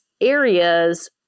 areas